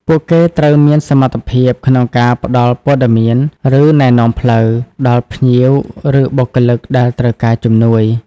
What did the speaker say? ពួកគេត្រូវមានសមត្ថភាពក្នុងការ ផ្ដល់ព័ត៌មាន ឬណែនាំផ្លូវ ដល់ភ្ញៀវ ឬបុគ្គលិកដែលត្រូវការជំនួយ។